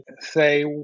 say